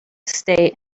stay